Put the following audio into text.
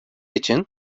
için